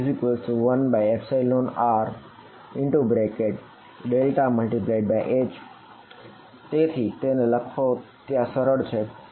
ATmr B1rr∇×H તેથી તેને લખવાનો ત્યાં સરળ રસ્તો છે